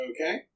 Okay